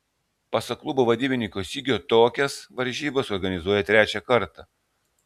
pasak klubo vadybininko sigio tokias varžybas organizuoja trečią kartą